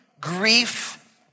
grief